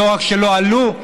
שלא רק שלא עלו,